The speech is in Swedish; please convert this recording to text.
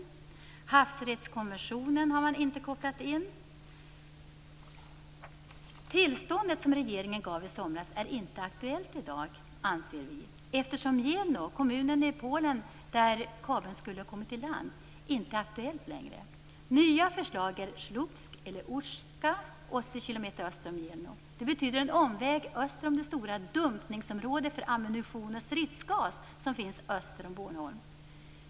Man har inte heller kopplat in havsrättskonventionen. Vi anser att det tillstånd som regeringen gav i somras inte är aktuellt i dag, eftersom Mielno kommun i Polen, där kabeln skulle kommit i land, inte är aktuell längre. Mielno. Det betyder en omväg öster om det stora dumpningsområde för ammunition och stridsgas som finns öster om Bornholm.